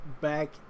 back